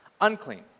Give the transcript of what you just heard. unclean